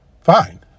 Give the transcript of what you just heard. Fine